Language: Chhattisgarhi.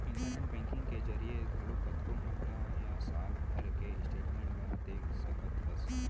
इंटरनेट बेंकिंग के जरिए घलौक कतको महिना या साल भर के स्टेटमेंट ल देख सकत हस